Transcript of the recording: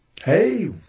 Hey